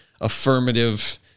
affirmative